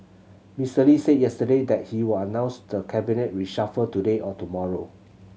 Mister Lee said yesterday that he will announce the cabinet reshuffle today or tomorrow